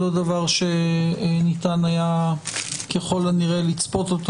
לא דבר שניתן היה ככל הנראה לצפות אותו.